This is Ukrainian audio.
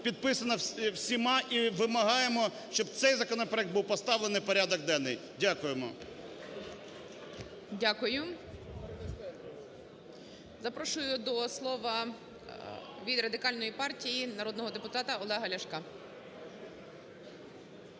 підписана всіма і вимагаємо, щоб цей законопроект був поставлений в порядок денний. Дякуємо. ГОЛОВУЮЧИЙ. Дякую. Запрошую до слова від Радикальної партії народного депутата Олега Ляшка.